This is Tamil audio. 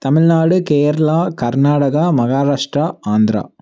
தமிழ்நாடு கேரளா கர்நாடகா மகாராஷ்டிரா ஆந்திரா